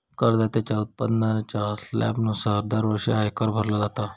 करदात्याच्या उत्पन्नाच्या स्लॅबनुसार दरवर्षी आयकर भरलो जाता